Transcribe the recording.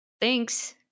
Thanks